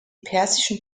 persischen